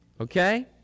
Okay